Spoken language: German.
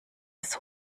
des